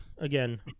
again